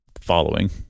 following